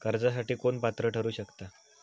कर्जासाठी कोण पात्र ठरु शकता?